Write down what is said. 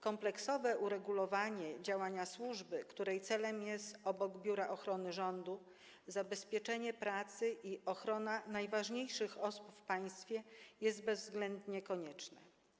Kompleksowe uregulowanie działania służby, której celem jest - obok Biura Ochrony Rządu - zabezpieczenie pracy i ochrona najważniejszych osób w państwie, jest bezwzględnie konieczne.